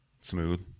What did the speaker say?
smooth